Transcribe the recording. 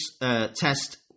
test